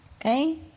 okay